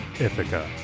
Ithaca